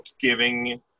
giving